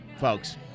folks